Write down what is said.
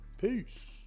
Peace